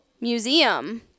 Museum